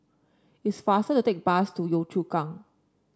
it's faster to take bus to Yio Chu Kang